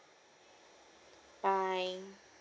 bye